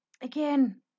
Again